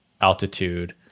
altitude